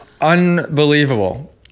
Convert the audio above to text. unbelievable